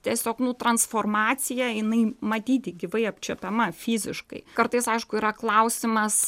tiesiog nu transformacija jinai matyti gyvai apčiuopiama fiziškai kartais aišku yra klausimas